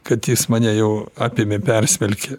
kad jis mane jau apėmė persmelkė